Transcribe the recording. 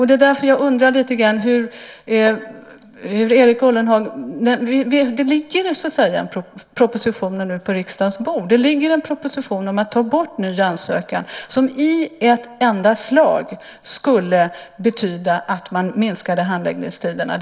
Det ligger nu en proposition på riksdagens bord om att ta bort möjligheten till ny ansökan, vilket i ett enda slag skulle betyda att man minskade handläggningstiderna.